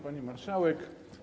Pani Marszałek!